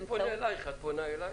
אני פונה אלייך, את פונה אליי?